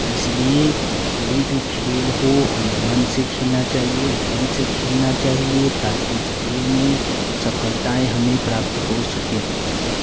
इसलिए कोई भी खेल हो हमें मन से खेलना चाहिए लगन से खेलना चाहिए ताकि उस खेल में सफलताएं हमें प्राप्त हो सके